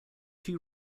two